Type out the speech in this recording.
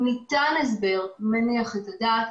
אם ניתן הסבר מניח את הדעת,